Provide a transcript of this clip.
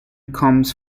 comes